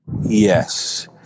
Yes